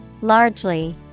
Largely